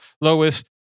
Lois